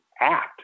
act